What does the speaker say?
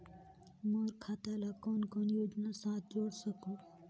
मोर खाता ला कौन कौन योजना साथ जोड़ सकहुं?